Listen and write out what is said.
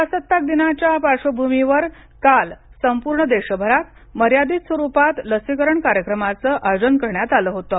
प्रजासताक दिनाच्या पार्श्वभूमीवर काल संपूर्ण देशभरात मर्यादित स्वरूपात लसीकरण कार्यक्रमांच आयोजन करण्यात आलं होतं